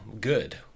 Good